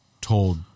told